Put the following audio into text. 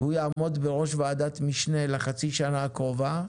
הוא יעמוד בראש ועדת משנה לחצי שנה הקרובה,